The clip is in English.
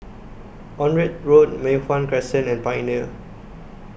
Onraet Road Mei Hwan Crescent and Pioneer